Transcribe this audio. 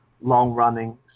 long-running